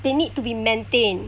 they need to be maintained